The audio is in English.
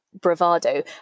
bravado